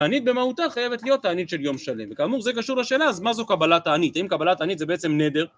תענית במהותה חייבת להיות תענית של יום שלם. וכאמור, זה קשור לשאלה, אז מה זו קבלת תענית? האם קבלת תענית זה בעצם נדר...